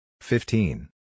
fifteen